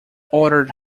ordered